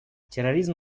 терроризм